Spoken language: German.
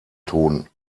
ton